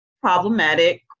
problematic